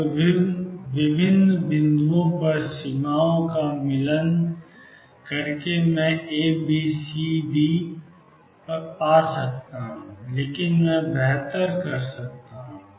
अब विभिन्न बिंदुओं पर सीमाओं का मिलान करके मैं ए बी सी और डी पा सकता हूं लेकिन मैं बेहतर कर सकता हूं